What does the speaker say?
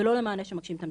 ולא למענה שמגשים את המדינה.